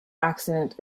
accident